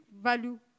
value